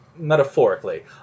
Metaphorically